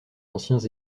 anciens